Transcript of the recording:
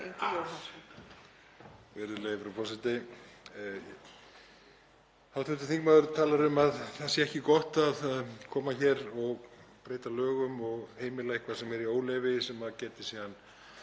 Hv. þingmaður talar um að það sé ekki gott að koma hér og breyta lögum og heimila eitthvað sem er í óleyfi sem geti síðan